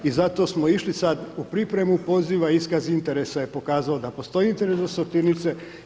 I zato smo išli sad u pripremu poziva, iskaz interesa je pokazao da postoji interes za sortirnice.